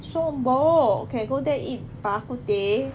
song bo can go there eat bak kut teh